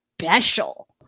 special